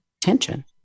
tension